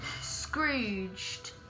Scrooged